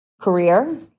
career